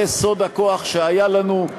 זה סוד הכוח שהיה לנו,